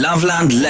Loveland